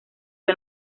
del